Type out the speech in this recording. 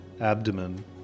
abdomen